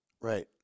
Right